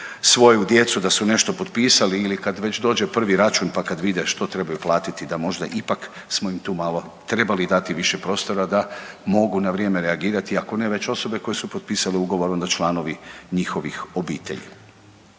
svoju djecu da su nešto potpisali ili kad već dođe prvi račun pa kad vide što trebaju platiti da možda ipak smo im tu malo trebali dati više prostora da mogu na vrijeme reagirati, ako ne već osobe koje su potpisale ugovor onda članovi njihovih obitelji.